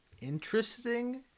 interesting